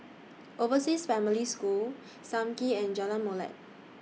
Overseas Family School SAM Kee and Jalan Molek